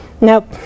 Nope